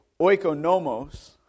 oikonomos